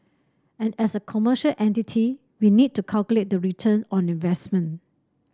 and as a commercial entity we need to calculate the return on investment